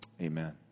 Amen